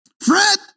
Fred